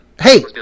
hey